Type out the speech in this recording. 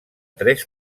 tres